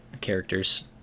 Characters